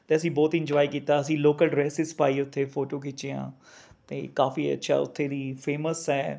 ਅਤੇ ਅਸੀਂ ਬਹੁਤ ਇੰਜੋਏ ਕੀਤਾ ਅਸੀਂ ਲੋਕਲ ਡਰੈਸਿਸ ਪਾਈ ਉੱਥੇ ਫੋਟੋਆਂ ਖਿੱਚੀਆਂ ਅਤੇ ਕਾਫੀ ਅੱਛਾ ਉੱਥੇ ਦੀ ਫੇਮਸ ਹੈ